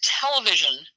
television